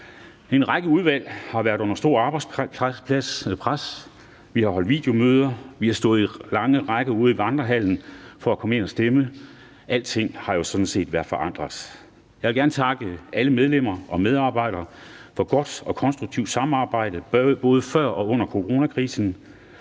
En række udvalg har været under stort arbejdspres. Vi har holdt videomøder, vi har stået i lange rækker ude i Vandrehallen for at komme ind at stemme. Alting har sådan jo set været forandret. Jeg vil gerne takke alle medlemmer og medarbejdere for godt og konstruktivt samarbejde både før og under coronakrisen.